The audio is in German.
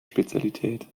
spezialität